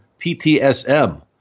PTSM